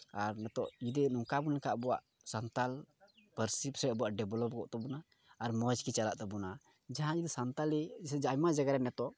ᱟᱨ ᱱᱤᱛᱚᱜ ᱡᱩᱫᱤ ᱱᱚᱝᱠᱟ ᱵᱚᱱ ᱢᱮᱱ ᱞᱮᱠᱷᱟᱡ ᱟᱵᱚᱣᱟᱜ ᱥᱟᱱᱛᱟᱲ ᱯᱟᱹᱨᱥᱤ ᱴᱷᱮᱡ ᱟᱵᱚᱣᱟᱜ ᱰᱮᱵᱷᱞᱚᱵᱷᱚᱜ ᱛᱟᱵᱚᱱᱟ ᱟᱨ ᱢᱚᱡᱽ ᱜᱮ ᱪᱟᱞᱟᱜ ᱛᱟᱵᱚᱱᱟ ᱡᱟᱦᱟᱸᱭ ᱜᱮ ᱥᱟᱱᱛᱟᱲᱤ ᱥᱮ ᱟᱭᱢᱟ ᱡᱟᱭᱜᱟ ᱨᱮ ᱱᱤᱛᱚᱜ